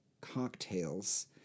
cocktails